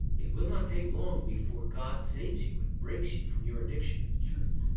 it will not take long before god saves you and breaks you from your addiction. it's true, son.